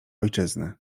ojczyzny